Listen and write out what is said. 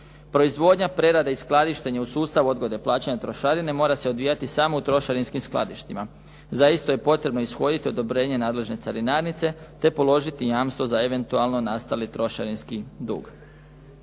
Proizvodnja, prerada i skladištenje u sustavu odgode plaćanja trošarine mora se odvijati samo u trošarinskih skladištima. Za isto je potrebno ishoditi odobrenje nadležne carinarnice te položiti jamstvo za eventualno nastali trošarinski dug.